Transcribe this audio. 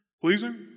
pleasing